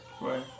Right